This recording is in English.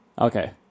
Okay